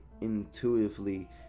intuitively